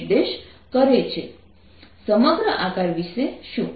yreflected v2 v1v2v1 yIncident 525×5 mm 1 mm સમગ્ર આકાર વિશે શું